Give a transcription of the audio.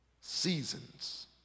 Seasons